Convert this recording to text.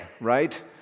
right